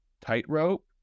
tightrope